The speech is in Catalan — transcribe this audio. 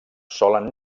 solen